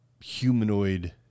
humanoid